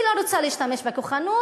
היא לא רוצה להשתמש בכוחנות.